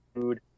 food